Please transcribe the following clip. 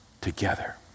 together